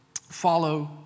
follow